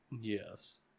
Yes